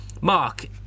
Mark